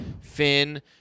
Finn